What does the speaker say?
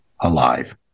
alive